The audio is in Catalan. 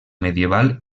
medieval